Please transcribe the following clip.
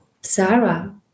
Sarah